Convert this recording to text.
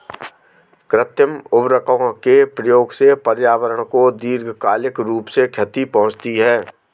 कृत्रिम उर्वरकों के प्रयोग से पर्यावरण को दीर्घकालिक रूप से क्षति पहुंचती है